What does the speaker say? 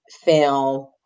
film